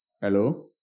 Hello